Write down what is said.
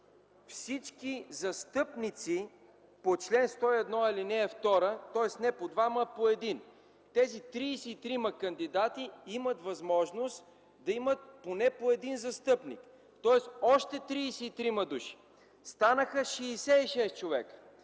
всички застъпници по чл. 101, ал. 2, тоест не по двама а по един, тези 33 кандидати имат възможност да имат поне по един застъпник, тоест още 33 души. Станаха 66 човека.